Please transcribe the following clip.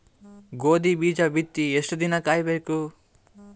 ಗೋಧಿ ಬೀಜ ಬಿತ್ತಿ ಎಷ್ಟು ದಿನ ಕಾಯಿಬೇಕು?